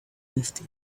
nifty